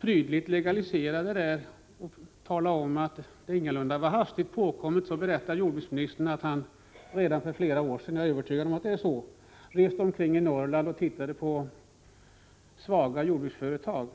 prydligt legalisera åtgärden och tala om att den ingalunda var hastigt påkommen berättade jordbruksministern att han redan för flera år sedan — jag är övertygad om det — reste omkring i Norrland och tittade på svaga jordbruksföretag.